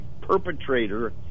perpetrator